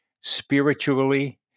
spiritually